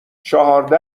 چهارده